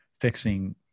fixing